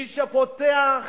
מי שפותח